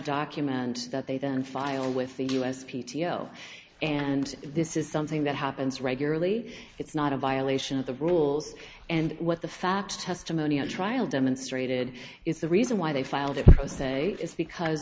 document that they then file with the u s p t o and this is something that happens regularly it's not a violation of the rules and what the facts testimony at trial demonstrated is the reason why they filed it say is because